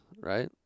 Right